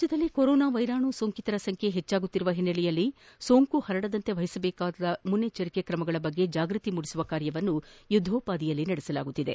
ರಾಜ್ಯದಲ್ಲಿ ಕೊರೋನಾ ವೈರಾಣು ಸೋಂಕಿತರ ಸಂಖ್ಯೆ ಹೆಚ್ಚಾಗುತ್ತಿರುವ ಹಿನ್ನೆಲೆಯಲ್ಲಿ ಸೋಂಕು ಹರಡದಂತೆ ವಹಿಸಬೇಕಾದ ಮುನ್ನೆಚ್ಚರಿಕೆ ತ್ರಮಗಳ ಬಗ್ಗೆ ಜಾಗೃತಿ ಮೂಡಿಸುವ ಕಾರ್ಯವನ್ನು ಯುದ್ಗೋಪಾದಿಯಲ್ಲಿ ನಡೆಸಲಾಗುತ್ತಿದೆ